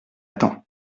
temps